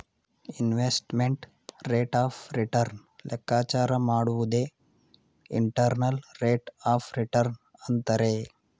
investment rate of return ಲೆಕ್ಕಾಚಾರ ಮಾಡುವುದೇ internal rate of return ಅಂತರೆ